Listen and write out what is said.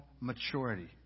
maturity